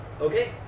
Okay